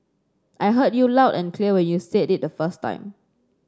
I heard you loud and clear when you said it the first time